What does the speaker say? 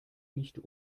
nicht